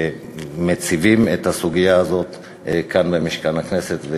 שמציבים את הסוגיה הזאת כאן במשכן הכנסת.